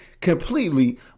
completely